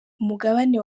umugabane